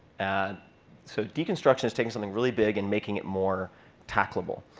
and so deconstruction is taking something really big and making it more tackleable.